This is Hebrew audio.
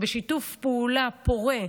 בשיתוף פעולה פורה,